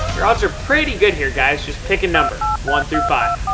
your odds are pretty good here, guys. just pick a number one through five.